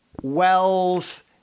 Wells